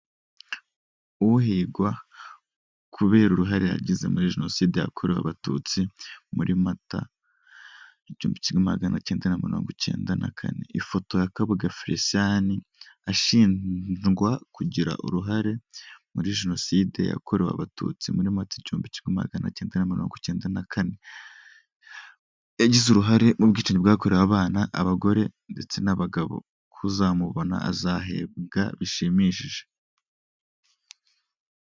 Uhigwa kubera uruhare yagize muri Jenoside yakorewe abatutsi muri Mata, igihumbi kimwe magana cyenda na mirongo cyenda na kane. Ifoto ya Kabuga Felicien, ashinjwa kugira uruhare muri Jenoside yakorewe Abatutsi muri Mata, igihumbi kimwe magana icyenda na mirongo icyenda na kane, yagize uruhare mu bwicanyi bwakorewe abana, abagore ndetse n'abagabo. Uzamubona azahembwa bishimishije.